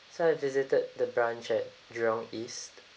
so I visited the branch at jurong east